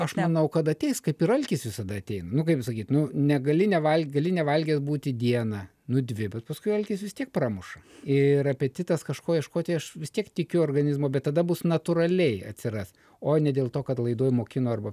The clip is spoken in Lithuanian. aš manau kad ateis kaip ir alkis visada ateina nu kaip sakyt nu negali nevalgyt gali nevalgęs būti dieną nu dvi bet paskui alkis vis tiek pramuša ir apetitas kažko ieškoti aš vis tiek tikiu organizmu bet tada bus natūraliai atsiras o ne dėl to kad laidoj mokino arba